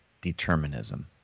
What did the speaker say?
determinism